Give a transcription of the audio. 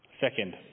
Second